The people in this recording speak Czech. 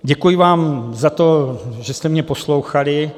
Děkuji vám za to, že jste mě poslouchali.